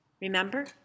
Remember